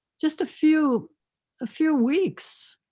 just a few ah few weeks,